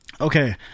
Okay